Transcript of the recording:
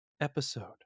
episode